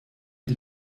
die